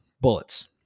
bullets